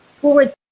forward